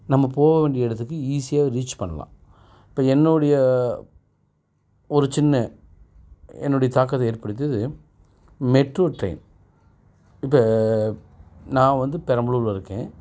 நம்ம போக வேண்டிய இடத்துக்கு ஈஸியாக ரீச் பண்ணலாம் இப்போ என்னுடைய ஒரு சின்ன என்னுடைய தாக்கத்தை ஏற்படுத்தியது மெட்ரோ ட்ரெயின் இப்போ நான் வந்து பெரம்பலூரில் இருக்கேன்